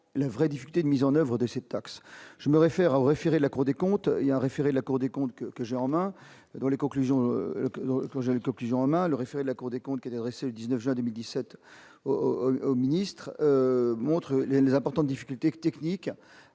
les vraies difficultés de mise en oeuvre de cette taxe, je me réfère au référé la Cour des comptes, il y a un référé de la Cour des comptes que que j'ai en main dans les conclusions, je ne peux plus on a le référé de la Cour des comptes qui dressé le 19 juin 2017 au au ministre montre les importantes difficultés techniques